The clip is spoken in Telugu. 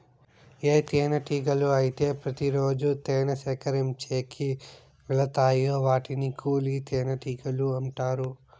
ఏ తేనెటీగలు అయితే ప్రతి రోజు తేనె సేకరించేకి వెలతాయో వాటిని కూలి తేనెటీగలు అంటారు